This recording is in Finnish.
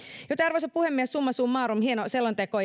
arvoisa puhemies summa summarum hieno selonteko